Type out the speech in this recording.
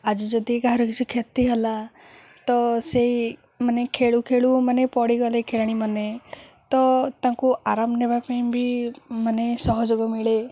ଆଜି ଯଦି କାହାର କିଛି କ୍ଷତି ହେଲା ତ ସେଇ ମାନେ ଖେଳୁ ଖେଳୁ ମାନେ ପଡ଼ିଗଲେ ଖେଳାଳୀମାନେ ତ ତାଙ୍କୁ ଆରାମ ନେବା ପାଇଁ ବି ମାନେ ସହଯୋଗ ମିଳେ